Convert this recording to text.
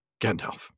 Gandalf